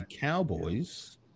Cowboys